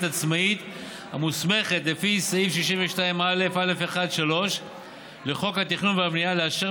עצמאית המוסמכת לפי סעיף 62א(א1)(3) לחוק התכנון והבנייה לאשר